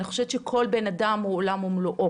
אני חושבת שכל בנאדם הוא עולם ומלואו.